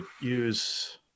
use